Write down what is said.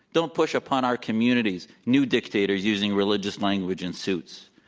don't push upon our communities new dictators using religious language and suits.